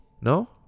no